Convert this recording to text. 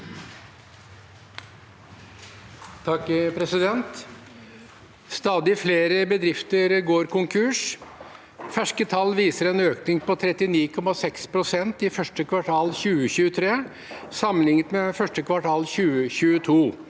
«Stadig flere bedrift- er går konkurs. Ferske tall viser en økning på 39,6 pst. i første kvartal 2023 sammenlignet med første kvartal 2022.